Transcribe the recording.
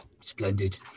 Splendid